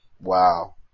wow